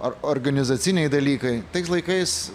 ar organizaciniai dalykai tais laikais